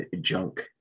junk